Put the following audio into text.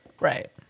right